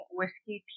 Whiskey